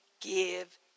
give